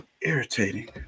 Irritating